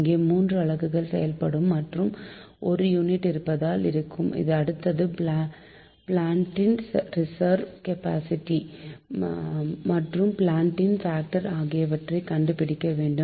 இங்கே 3 அலகுகள் செயல்படும் மற்றும் 1 யூனிட் இருப்பில் இருக்கும் அடுத்தது பிளான்டின் ரிசர்வ் கபாசிட்டி மற்றும் பிளான்ட் பாக்டர் ஆகியவற்றை கண்டுபிடிக்க வேண்டும்